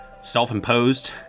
self-imposed